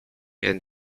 and